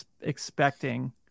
expecting